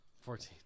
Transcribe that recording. Fourteen